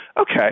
Okay